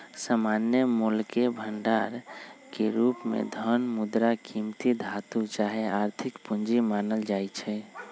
सामान्य मोलके भंडार के रूप में धन, मुद्रा, कीमती धातु चाहे आर्थिक पूजी मानल जाइ छै